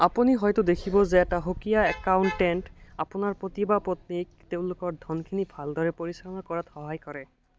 আপুনি হয়তো দেখিব যে এটা সুকীয়া একাউণ্টেন্ট আপোনাৰ পতি বা পত্নীক তেওঁলোকৰ ধনখিনি ভালদৰে পৰিচালনা কৰাত সহায় কৰে